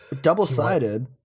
Double-sided